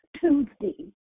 Tuesday